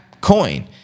coin